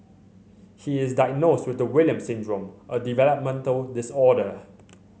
he is diagnosed with the Williams Syndrome a developmental disorder